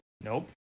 nope